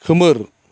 खोमोर